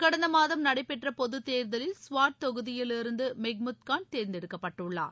கடந்தமாதம் நடைபெற்றபொதுதேர்தலில் சுவாட் தொகுதியிலிருந்துமெஹ்மூத்கான் தேர்ந்தெடுக்கப்பட்டுள்ளார்